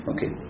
Okay